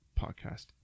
podcast